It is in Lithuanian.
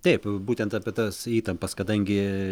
taip būtent apie tas įtampas kadangi